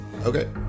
Okay